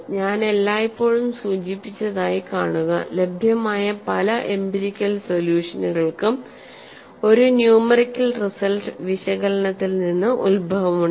ഞാൻ എല്ലായ്പ്പോഴും സൂചിപ്പിച്ചതായി കാണുക ലഭ്യമായ പല എംപിരിക്കൽ സൊല്യൂഷനുകൾക്കും ഒരു ന്യൂമെറിക്കൽ റിസൾട്ട് വിശകലനത്തിൽ നിന്ന് ഉത്ഭവമുണ്ട്